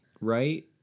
right